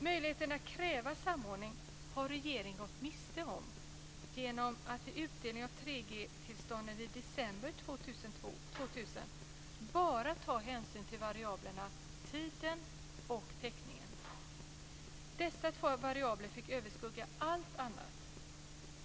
Möjligheten att kräva samordning har regeringen gått miste om genom att vid utdelning av 3 G tillstånden i december 2000 bara ta hänsyn till variablerna tiden och täckningen. Dessa två variabler fick överskugga allt annat.